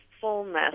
fullness